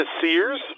Sears